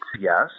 Yes